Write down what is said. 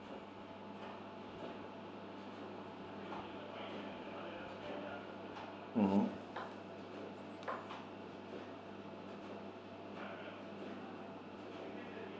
mm hmm